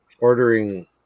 ordering